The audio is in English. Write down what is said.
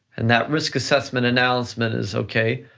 and that risk assessment announcement is, okay,